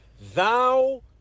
Thou